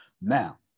Now